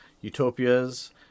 utopias